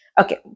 Okay